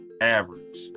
Average